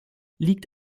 liegt